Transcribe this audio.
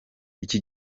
iki